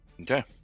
Okay